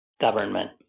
government